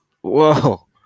Whoa